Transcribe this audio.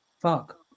fuck